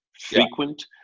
frequent